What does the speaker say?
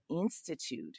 Institute